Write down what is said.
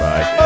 Bye